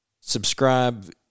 subscribe